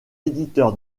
éditeur